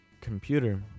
computer